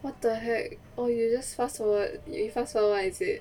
what the heck oh you just fast forward you fast forward one is it